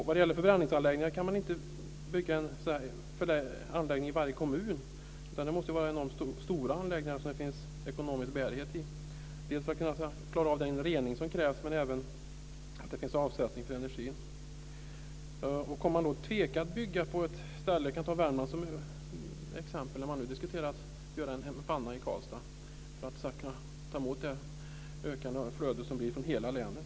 Vad gäller förbränningsanläggningar kan man inte bygga en anläggning i varje kommun, utan det måste vara enormt stora anläggningar som det finns ekonomisk bärighet i, dels för att klara av den rening som krävs, dels för att få avsättning för energin. Jag kan ta Värmland som exempel, där man nu diskuterar att bygga en panna i Karlstad för att kunna ta emot det ökande flödet från hela länet.